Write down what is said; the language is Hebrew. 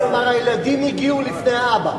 כלומר, הילדים הגיעו לפני האבא.